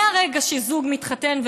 מהרגע שזוג מתחתן,